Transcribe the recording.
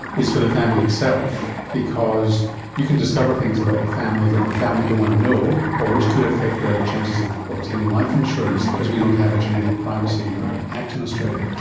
is for the family itself because you can discover things about the family that the family don't want to know or which could affect their chances of obtaining life insurance because we don't have a genetic privacy act in australia.